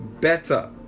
better